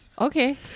Okay